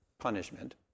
punishment